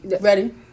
Ready